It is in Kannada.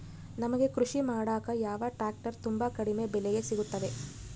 ನಮಗೆ ಕೃಷಿ ಮಾಡಾಕ ಯಾವ ಟ್ರ್ಯಾಕ್ಟರ್ ತುಂಬಾ ಕಡಿಮೆ ಬೆಲೆಗೆ ಸಿಗುತ್ತವೆ?